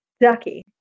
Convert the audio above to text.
Ducky